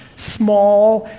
small,